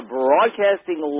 broadcasting